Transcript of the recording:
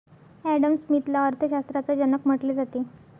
Adam स्मिथला अर्थ शास्त्राचा जनक म्हटले जाते